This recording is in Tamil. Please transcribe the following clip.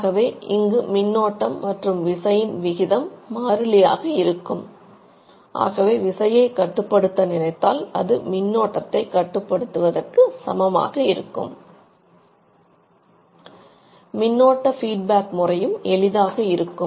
ஆகவே இங்கு மின்னோட்டம் மற்றும் விசயன் விகிதம் கட்டுப்படுத்துவதற்கு சமமாக இருக்கும்